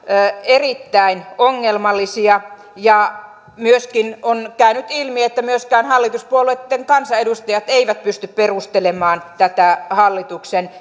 erittäin ongelmallisia myöskin on käynyt ilmi että myöskään hallituspuolueitten kansanedustajat eivät pysty perustelemaan tätä hallituksen